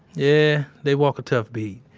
yeah. they walk a tough beat.